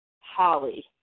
Holly